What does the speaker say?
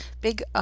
Big